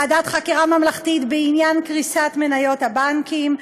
ועדת חקירה ממלכתית בעניין קריסת מניות הבנקים,